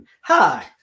Hi